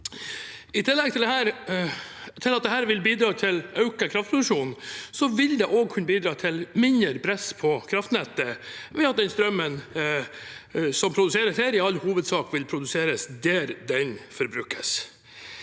I tillegg til at dette vil bidra til økt kraftproduksjon, vil det også kunne bidra til mindre press på kraftnettet ved at den strømmen som produseres, i all hovedsak vil produseres der den forbrukes.